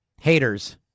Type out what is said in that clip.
haters